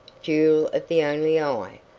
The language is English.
jewel of the only eye,